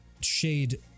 Shade